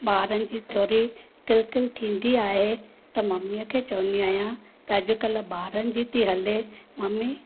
ॿारनि जी थोरी किल किल थींदी आहे त ममीअ खे चवंदी आहियां त अॼुकल्ह ॿारनि जी थी हले ममी